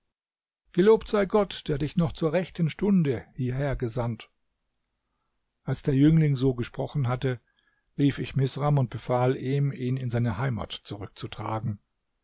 gelobt sei gott der dich noch zur rechten stunde hierhergesandt als der jüngling so gesprochen hatte rief ich misram und befahl ihm ihn in seine heimat zurückzutragen